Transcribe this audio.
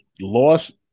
lost